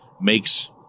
makes